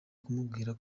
kumubwira